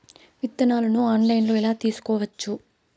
విత్తనాలను ఆన్లైన్లో ఎలా తీసుకోవచ్చు